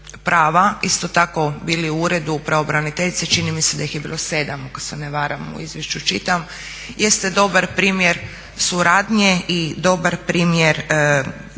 isto tako bili u Uredu pravobraniteljice čini mi se da ih je bilo 7 ako se ne varam u izvješću čitam jeste dobar primjer suradnje i dobar primjer na